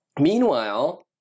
Meanwhile